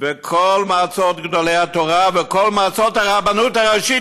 וכל מועצות גדולי התורה וכל מועצות הרבנות הראשית